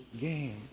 game